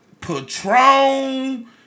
Patron